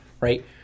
Right